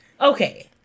okay